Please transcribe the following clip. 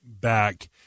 back